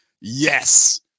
Yes